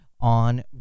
on